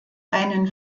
einen